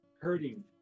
Hurting